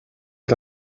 cet